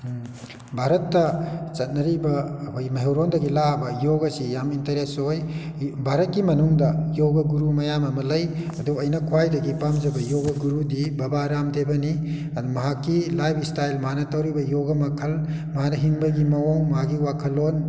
ꯚꯥꯔꯠꯇ ꯆꯠꯅꯔꯤꯕ ꯑꯩꯈꯣꯏ ꯃꯩꯍꯧꯔꯣꯟꯗꯒꯤ ꯂꯥꯛꯂꯕ ꯌꯣꯒꯥꯁꯤ ꯌꯥꯝ ꯏꯟꯇꯔꯦꯁ ꯑꯣꯏ ꯚꯥꯔꯠꯀꯤ ꯃꯅꯨꯡꯗ ꯌꯣꯒꯥ ꯒꯨꯔꯨ ꯃꯌꯥꯝ ꯑꯃ ꯂꯩ ꯑꯗꯨꯒ ꯑꯩꯅ ꯈ꯭ꯋꯥꯏꯗꯒꯤ ꯄꯥꯝꯖꯕ ꯌꯣꯒꯥ ꯒꯨꯔꯨꯗꯤ ꯕꯕꯥ ꯔꯥꯝ ꯗꯦꯕꯅꯤ ꯑꯗꯨ ꯃꯍꯥꯛꯀꯤ ꯂꯥꯏꯐ ꯏꯁꯇꯥꯏꯜ ꯃꯥꯅ ꯇꯧꯔꯤꯕ ꯌꯣꯒꯥ ꯃꯈꯜ ꯃꯥꯅ ꯍꯤꯡꯕꯒꯤ ꯃꯑꯣꯡ ꯃꯥꯒꯤ ꯋꯥꯈꯜꯂꯣꯟ